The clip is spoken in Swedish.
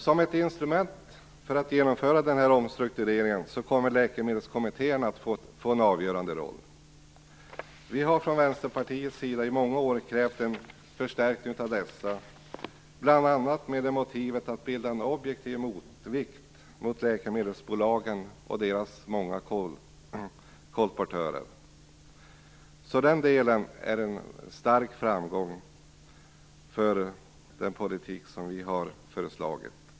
Som ett instrument för att genomföra omstruktureringen kommer läkemedelskommittéerna att få en avgörande roll. Vi har från Vänsterpartiets sida i många år krävt en förstärkning utav dessa, bl.a. med motivet att bilda en objektiv motvikt till läkemedelsbolagen och deras många kolportörer. Den delen är en stark framgång för den politik som vi har föreslagit.